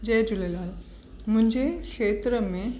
जय झूलेलाल मुंहिंजे खेत्र में